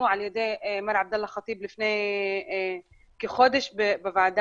על-ידי מר עבדאללה חטיב בלפני כחודש בוועדה,